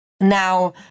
Now